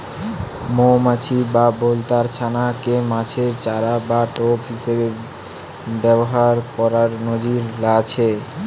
মউমাছি বা বলতার ছানা কে মাছের চারা বা টোপ হিসাবে ব্যাভার কোরার নজির আছে